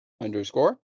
underscore